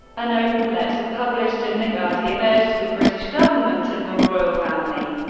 an open letter published in the guardian urged the british government and the royal family,